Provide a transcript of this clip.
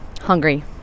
hungry